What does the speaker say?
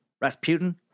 Rasputin